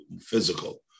physical